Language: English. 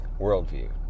worldview